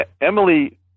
Emily